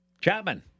Chapman